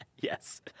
Yes